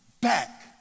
back